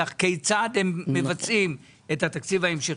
כיצד הם מבצעים את התקציב ההמשכי.